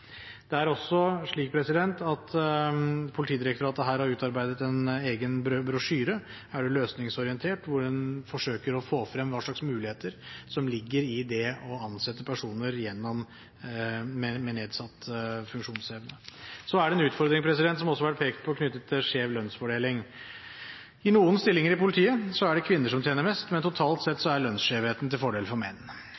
Det er også slik at Politidirektoratet her har utarbeidet en egen brosjyre, «Er du løsningsorientert?», hvor en forsøker å få frem hva slags muligheter som ligger i det å ansette personer med nedsatt funksjonsevne. Så er det en utfordring, som det også har vært pekt på, knyttet til skjev lønnsfordeling. I noen stillinger i politiet er det kvinner som tjener mest, men totalt sett